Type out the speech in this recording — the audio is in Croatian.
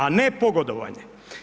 A ne pogodovanje.